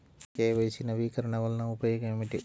KYC నవీకరణ వలన ఉపయోగం ఏమిటీ?